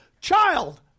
child